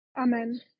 amen